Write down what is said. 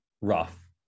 Rough